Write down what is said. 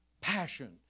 passion